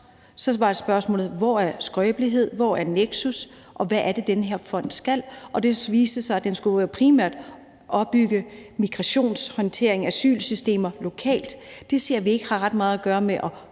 er tilgangen med hensyn til skrøbelighed, hvor er neksustilgangen, og hvad er det, den her fond skal? Og det viste sig, at den primært skulle opbygge migrationshåndtering og asylsystemer lokalt, og det ser vi ikke har ret meget at gøre med at forebygge